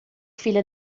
filho